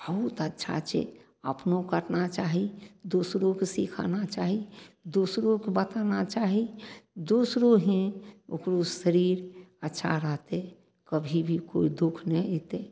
बहुत अच्छा छै अपनो करना चाही दूसरोके सिखाना चाही दूसरोके बताना चाही दूसरो ही ओकरो शरीर अच्छा रहतय कभी भी कोइ दुःख नहि एतय